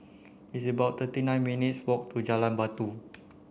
it's about thirty nine minutes' walk to Jalan Batu